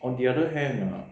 on the other hand ah